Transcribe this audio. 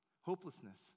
hopelessness